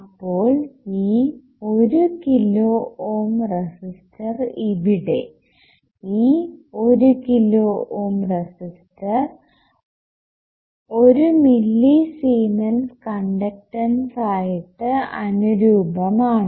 അപ്പോൾ ഈ 1 kilo ohm resistor ഇവിടെ ഈ 1 kilo ohm resistor 1 millisiemens conductance ആയിട്ട് അനുരൂപമാണ്